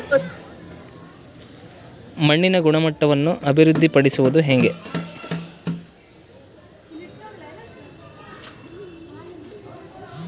ಮಣ್ಣಿನ ಗುಣಮಟ್ಟವನ್ನು ಅಭಿವೃದ್ಧಿ ಪಡಿಸದು ಹೆಂಗೆ?